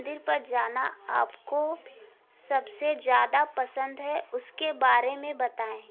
मंदिर पर जाना आपको सबसे ज़्यादा पसंद है उसके बारे में बताएँ